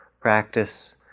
practice